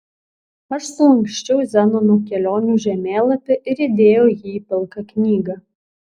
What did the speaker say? aš sulanksčiau zenono kelionių žemėlapį ir įdėjau jį į pilką knygą